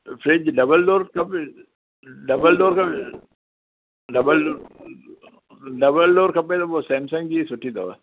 fridge double door खपे double door खपे double double door खपे त पोइ सैमसंग जी सुठी अथव